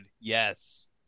Yes